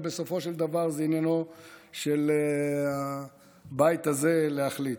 ובסופו של דבר זה עניינו של הבית הזה להחליט.